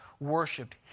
worshipped